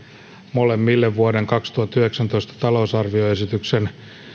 molemmille vuoden kaksituhattayhdeksäntoista talousarvioesityksen